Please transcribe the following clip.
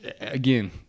again